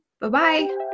Bye-bye